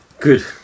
Good